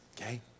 Okay